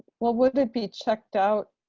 well, would it be checked out?